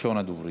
ראשון הדוברים.